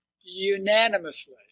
unanimously